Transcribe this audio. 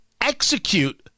execute